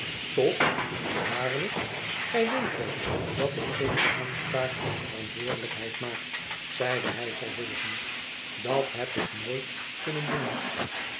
toch waarlijk gij weet wel dat ik geene aanspraak op verantwoordelijkheid maak zeide hij vervolgens dat heb ik nooit kunnen doen